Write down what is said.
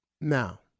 Now